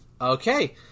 Okay